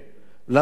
למרות זה,